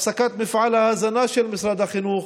הפסקת מפעל ההזנה של משרד החינוך,